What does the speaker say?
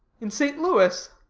in st. louis.